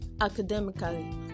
academically